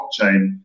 blockchain